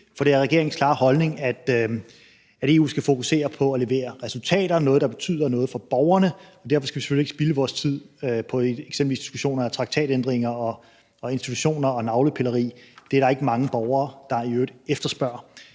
for det er regeringens klare holdning, at EU skal fokusere på at levere resultater og noget, der betyder noget for borgerne, og derfor skal vi selvfølgelig ikke spilde vores tid på eksempelvis diskussioner om traktatændringer, institutioner og navlepilleri. Det er der i øvrigt ikke mange borgere der efterspørger.